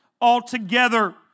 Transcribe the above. altogether